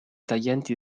taglienti